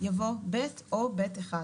יבוא ב' או ב'1.